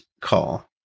call